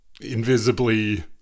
invisibly